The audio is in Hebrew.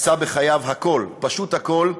עשה הכול, פשוט הכול,